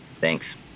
thanks